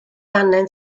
angen